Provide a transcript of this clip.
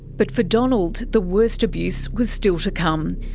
but for donald, the worst abuse was still to come.